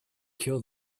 cure